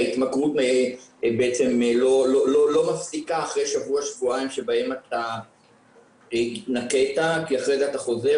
ההתמכרות לא מפסיקה אחרי שבוע-שבועיים שבהם התנקית כי אחרי זה אתה חוזר